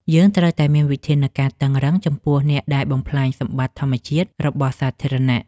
យើងត្រូវតែមានវិធានការតឹងរ៉ឹងចំពោះអ្នកដែលបំផ្លាញសម្បត្តិធម្មជាតិរបស់សាធារណៈ។